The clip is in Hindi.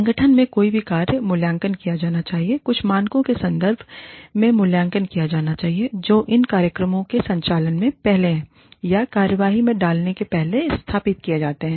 संगठन में कोई भी कार्यमूल्यांकन किया जाना चाहिए कुछ मानकों के संदर्भ में मूल्यांकन किया जाना चाहिए जो इन कार्यक्रमों के संचालन से पहले या कार्रवाई में डालने से पहले स्थापित किए जाते हैं